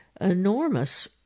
Enormous